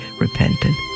repentant